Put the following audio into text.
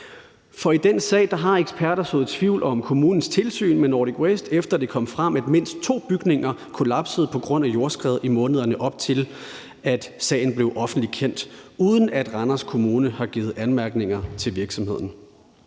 For i den sag har eksperter sået tvivl om kommunens tilsyn med Nordic Waste, efter at det kom frem, at mindst to bygninger kollapsede på grund af jordskred i månederne op til, at sagen blev offentligt kendt, uden at Randers Kommune har givet anmærkninger til virksomheden.